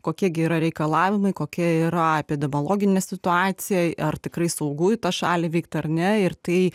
kokie gi yra reikalavimai kokia yra epidemiologinė situacijai ar tikrai saugu į tą šalį vykti ar ne ir tai